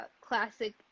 classic